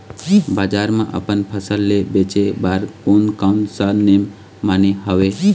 बजार मा अपन फसल ले बेचे बार कोन कौन सा नेम माने हवे?